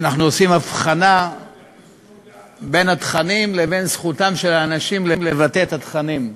שאנחנו עושים הבחנה בין התכנים לבין זכותם של האנשים לבטא את התכנים,